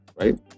right